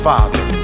Father